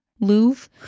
Louvre